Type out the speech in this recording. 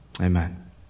Amen